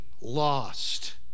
lost